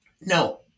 No